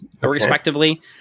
respectively